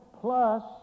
plus